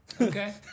Okay